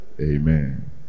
Amen